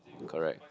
correct